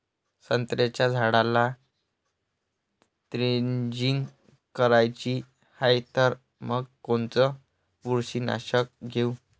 संत्र्याच्या झाडाला द्रेंचींग करायची हाये तर मग कोनच बुरशीनाशक घेऊ?